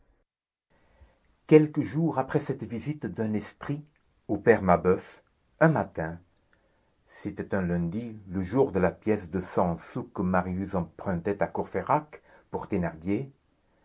quelques jours après cette visite d'un esprit au père mabeuf un matin c'était un lundi le jour de la pièce de cent sous que marius empruntait à courfeyrac pour